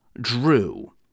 drew